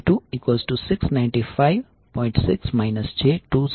6 j278